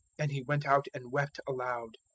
and he went out and wept aloud,